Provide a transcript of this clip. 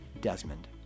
Desmond